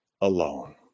alone